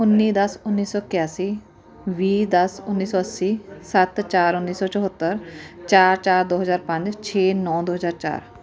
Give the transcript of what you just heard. ਉੱਨੀ ਦਸ ਉੱਨੀ ਸੌ ਇਕਿਆਸੀ ਵੀਹ ਦਸ ਉੱਨੀ ਸੌ ਅੱਸੀ ਸੱਤ ਚਾਰ ਉੱਨੀ ਸੌ ਚੁਹੱਤਰ ਚਾਰ ਚਾਰ ਦੋ ਹਜ਼ਾਰ ਪੰਜ ਛੇ ਨੌ ਦੋ ਹਜ਼ਾਰ ਚਾਰ